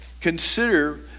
consider